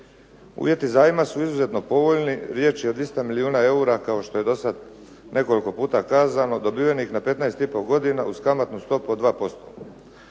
Uvjeti zajma su izuzetno povoljni. Riječ je o 200 milijuna eura kao što je do sada nekoliko puta kazano, dobivenih na 15,5 godina uz kamatnu stopu od 2%,